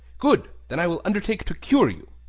good then i will undertake to cure you.